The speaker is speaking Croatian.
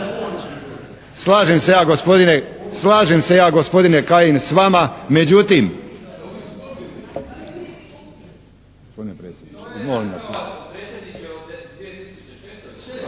Slažem se ja gospodine Kajin s vama, međutim